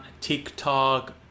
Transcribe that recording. TikTok